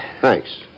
Thanks